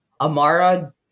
Amara